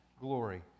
glory